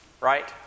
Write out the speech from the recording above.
right